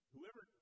Whoever